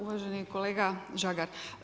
Uvaženi kolega Žagar.